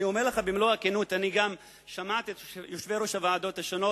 אני אומר לך במלוא הכנות: אני גם שמעתי את יושבי-ראש הוועדות השונות,